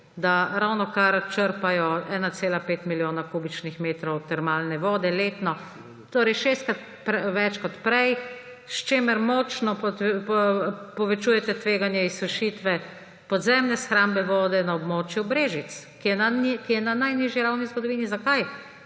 da ravnokar črpajo 1,5 milijona kubičnih metrov termalne vode letno, torej šestkrat več kot prej, s čimer močno povečujete tveganje izsušitve podzemne shrambe vode na območju Brežic, ki je na najnižji ravni v zgodovini. Zakaj?